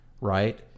right